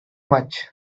much